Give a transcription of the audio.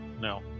No